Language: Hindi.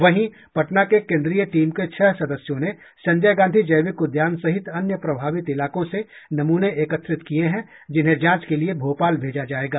वहीं पटना के केन्द्रीय टीम के छह सदस्यों ने संजय गांधी जैविक उद्यान सहित अन्य प्रभावित इलाकों से नमूने एकत्रित किये हैं जिन्हें जांच के लिए भोपाल भेजा जाएगा